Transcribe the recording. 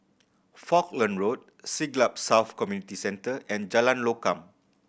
Falkland Road Siglap South Community Centre and Jalan Lokam